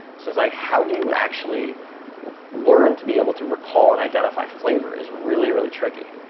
so it's like how do you actually learn to be able to recall and identify flavor is really, really tricky.